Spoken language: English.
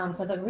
um so the